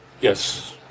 Yes